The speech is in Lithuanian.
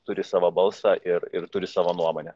turi savo balsą ir ir turi savo nuomonę